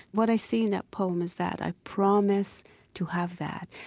what i see in that poem is that i promise to have that,